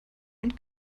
und